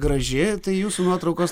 graži tai jūsų nuotraukos